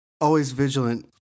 always-vigilant